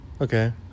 Okay